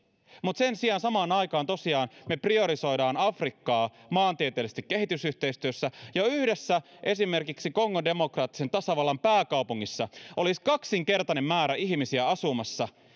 ja sen sijaan samaan aikaan tosiaan me priorisoimme afrikkaa maantieteellisesti kehitysyhteistyössä jo esimerkiksi kongon demokraattisen tasavallan pääkaupungissa olisi kaksinkertainen määrä ihmisiä asumassa